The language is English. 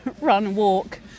run-walk